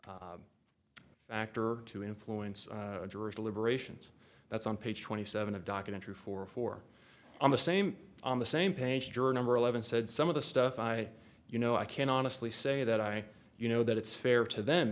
factor to influence deliberations that's on page twenty seven a documentary for four on the same on the same page juror number eleven said some of the stuff i you know i can honestly say that i you know that it's fair to them